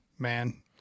Man